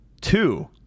Two